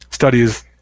Studies